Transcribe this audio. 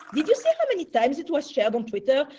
did you see how many times it was shared on twitter?